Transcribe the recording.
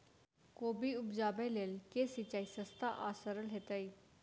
कोबी उपजाबे लेल केँ सिंचाई सस्ता आ सरल हेतइ?